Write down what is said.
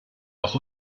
auch